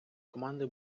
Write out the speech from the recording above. команди